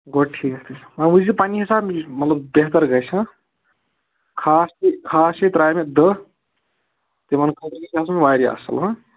گوٚو ٹھیٖکھٕے وۅنۍ وُچھ زِ پَنٕنہِ حِساب یُس مطلب بہتر گَژھِ ہٕنٛہ خاص چھےٚ خاص چھےٚ ترٛامہِ دَہ تِمَن خٲطرٕ گژھِ آسُن واریاہ اَصٕل ہٕنٛہ